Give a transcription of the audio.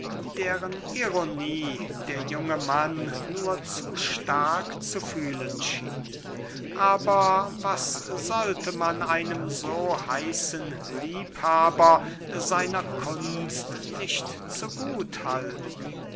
deren ironie der junge mann nur zu stark zu fühlen schien aber was sollte man einem so heißen liebhaber seiner kunst nicht zu gut halten